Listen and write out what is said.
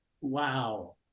wow